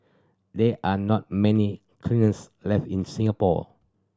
there are not many kilns left in Singapore